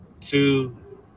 Two